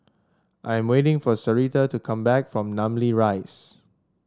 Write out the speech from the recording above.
I'm waiting for Sarita to come back from Namly Rise